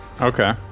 Okay